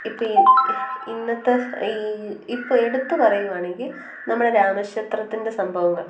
ഇപ്പോൾ ഇന്നത്തെ ഇപ്പോൾ എടുത്ത് പറയുക ആണെങ്കിൽ നമ്മളെ രാമ ക്ഷേത്രത്തിന്റെ സംഭവങ്ങൾ